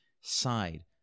side